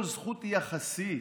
כל זכות היא יחסית.